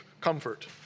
comfort